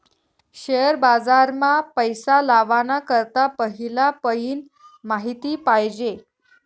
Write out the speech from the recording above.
share बाजार मा पैसा लावाना करता पहिला पयीन माहिती पायजे